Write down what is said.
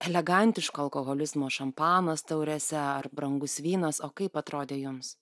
elegantiško alkoholizmo šampanas taurėse ar brangus vynas o kaip atrodė jums